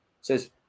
says